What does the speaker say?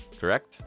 correct